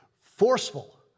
forceful